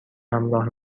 همراه